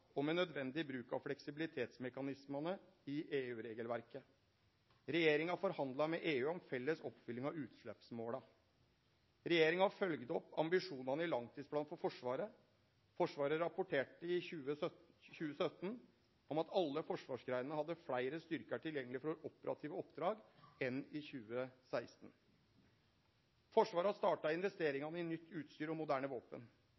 Regjeringa har følgt opp ambisjonane i langtidsplanen for Forsvaret. Forsvaret rapporterte i 2017 om at alle forsvarsgreinene hadde fleire styrkar tilgjengeleg for operative oppdrag enn i 2016. Forsvaret har starta investeringane i nytt utstyr og moderne våpen.